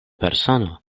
persono